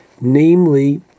Namely